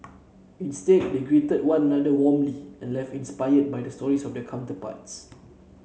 instead they greeted one another warmly and left inspired by the stories of their counterparts